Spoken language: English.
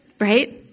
right